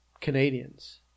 Canadians